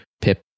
Pip